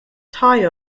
tie